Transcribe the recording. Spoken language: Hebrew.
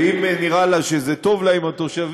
ואם נראה לה שזה טוב לה עם התושבים,